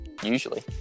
usually